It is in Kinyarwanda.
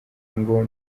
ngo